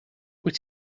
wyt